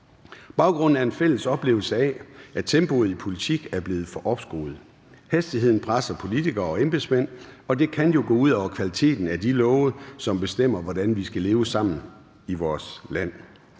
Baggrunden er en fælles oplevelse af, at tempoet i politik er blevet for opskruet. Hastigheden presser politikere og embedsmænd, og det kan jo gå ud over kvaliteten af de love, som bestemmer, hvordan vi skal leve sammen i vores land.